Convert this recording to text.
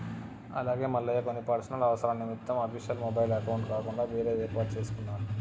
అలాగే మల్లయ్య కొన్ని పర్సనల్ అవసరాల నిమిత్తం అఫీషియల్ మొబైల్ అకౌంట్ కాకుండా వేరేది ఏర్పాటు చేసుకున్నాను